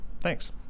Thanks